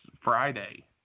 Friday